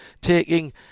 taking